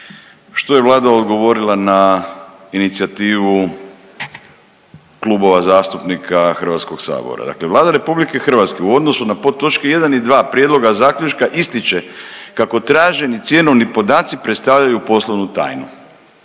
što je Vlada odgovorila na inicijativu klubova zastupnika HS. Dakle Vlada RH u odnosu na podtočke 1. i 2. prijedloga zaključka ističe kako traženi cjenovni podaci predstavljaju poslovnu tajnu,